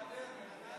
מוותר.